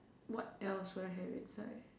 what else do I have inside